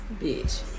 Bitch